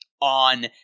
on